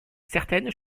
certaines